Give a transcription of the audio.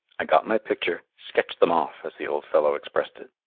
i got my picture, sketched them off, as the old fellow expressed it.